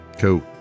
Cool